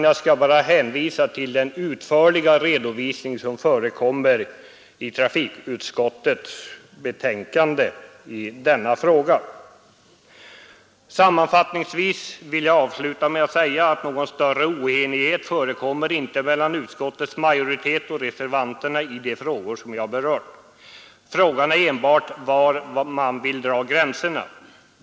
Jag skall bara hänvisa till den utförliga redovisningen som förekommer i trafikutskottets betänkande i denna fråga. Sammanfattningsvis vill jag avsluta med att säga att någon större oenighet inte förekommer mellan utskottets majoritet och reservanterna i de frågor som jag berört. Frågan gäller enbart var man vill dra gränserna.